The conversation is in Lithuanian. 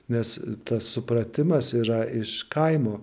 nes tas supratimas yra iš kaimo